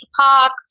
Park